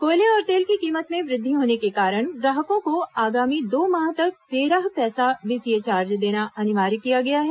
कोयले और तेल की कीमत में वृद्धि होने के कारण ग्राहकों को आगामी दो माह तक तेरह पैसा वीसीए चार्ज देना अनिवार्य किया गया है